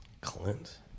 Clint